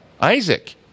Isaac